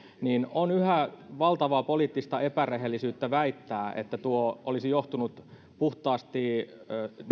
niin on yhä valtavaa poliittista epärehellisyyttä väittää että tuo olisi johtunut puhtaasti